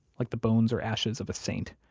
like the bones or ashes of a saint.